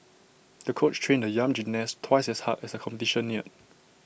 the coach trained the young gymnast twice as hard as A competition neared